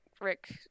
Rick